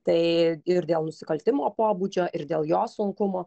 tai ir dėl nusikaltimo pobūdžio ir dėl jo sunkumo